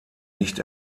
nicht